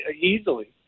easily